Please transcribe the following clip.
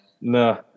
No